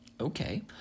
Okay